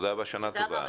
תודה רבה ושנה תודה.